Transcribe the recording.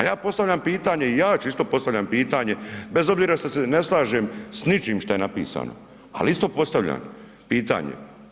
A ja postavljam pitanje, ja ću isto, postavljam pitanje, bez obzira što se ne slažem s ničim što je napisano, ali isto postavljam pitanje.